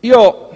io.